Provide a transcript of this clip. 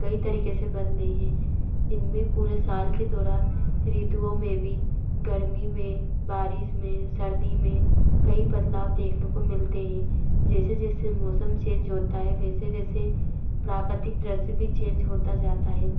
कई तरीके से बदले हैं इनमें पूरे साल के दौरान ऋतुओं में भी गर्मी में बारिश में सर्दी में कई बदलाव देखने को मिलते हें जैसे जैसे मौसम चेंज होता है वैसे वैसे प्राकतिक दृश्य भी चेंज होता जाता है